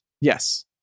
Yes